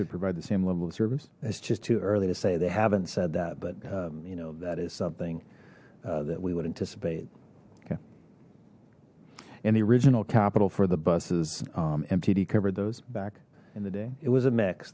to provide the same level of service it's just too early to say they haven't said that but you know that is something that we would anticipate okay an original capital for the buses mtd covered those back in the day it was a mix